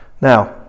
Now